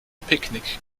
picknick